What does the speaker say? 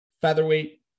featherweight